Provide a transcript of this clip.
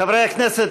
חברי הכנסת,